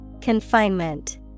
Confinement